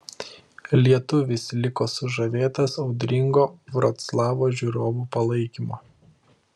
lietuvis liko sužavėtas audringo vroclavo žiūrovų palaikymo